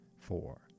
four